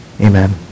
Amen